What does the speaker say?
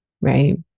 right